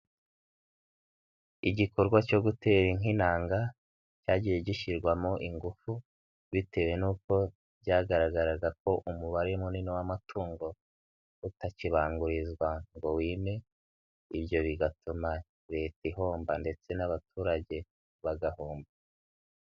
Igikorwa cyo gutera inka intanga cyagiye gishyirwamo ingufu bitewe n'uko byagaragaraga ko umubare munini w'amatungo utakibangurizwa ngo wime, ibyo bigatuma Leta ihomba ndetse n'abaturage bagahomba.